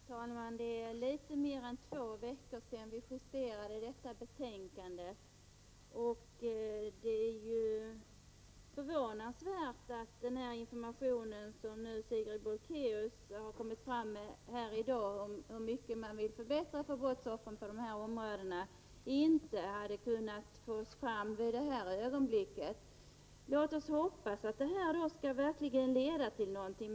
Herr talman! Det är litet mer än två veckor sedan vi justerade detta betänkande. Det är förvånansvärt att den information som Sigrid Bolkéus kommit fram med i dag -- om hur mycket man vill förbättra för brottsoffren på dessa områden -- inte kom fram vid detta tillfälle. Låt oss hoppas att detta verkligen skall leda till någonting.